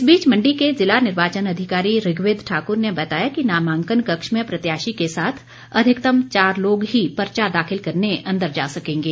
इस बीच मण्डी के जिला निर्वाचन अधिकारी ऋग्वेद ठाक्र ने बताया कि नामांकन कक्ष में प्रत्याशी के साथ अधिकतम चार लोग ही पर्चा दाखिल करने अंदर जा सकेंगे